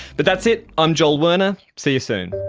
but that's it, i'm joel werner, see you soon